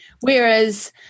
Whereas